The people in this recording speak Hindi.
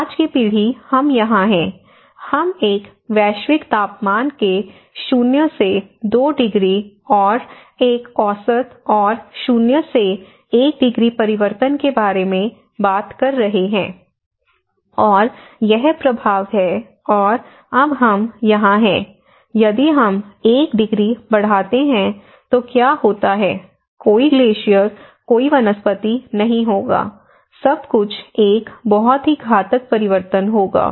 आज की पीढ़ी हम यहाँ हैं हम एक वैश्विक तापमान के शून्य से 2 डिग्री और एक औसत और शून्य से 1 डिग्री परिवर्तन के बारे में बात कर रहे हैं और यह प्रभाव है और अब हम यहाँ हैं यदि हम 1 डिग्री बढ़ाते हैं तो क्या होता है कोई ग्लेशियर कोई वनस्पति नहीं होगा सब कुछ एक बहुत ही घातक परिवर्तन होगा